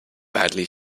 badly